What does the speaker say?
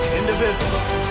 indivisible